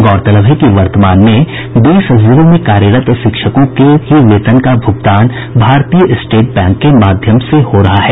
गौरतलब है कि वर्तमान में बीस जिलों में कार्यरत शिक्षकों के भी वेतन का भुगतान भारतीय स्टेट बैंक से हो रहा था